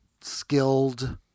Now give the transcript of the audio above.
skilled